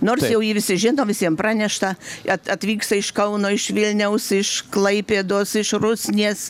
nors jau jį visi žino visiem pranešta at atvyksta iš kauno iš vilniaus iš klaipėdos iš rusnės